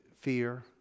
fear